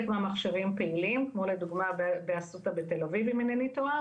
מהמכשירים פעילים כמו לדוגמא באסותא בתל אביב אם אינני טועה